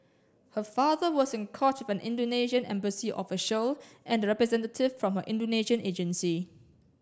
her father was in court with an Indonesian embassy official and a representative from her Indonesian agency